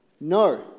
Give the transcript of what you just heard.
No